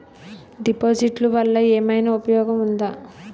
డిపాజిట్లు వల్ల ఏమైనా ఉపయోగం ఉందా?